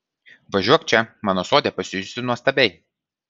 važiuok čia mano sode pasijusi nuostabiai